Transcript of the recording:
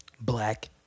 Black